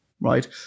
right